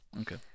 okay